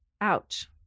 Ouch